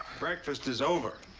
breakfast is over.